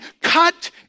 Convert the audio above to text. cut